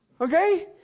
Okay